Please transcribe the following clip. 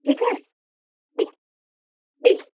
ٹھیک ہے جی جی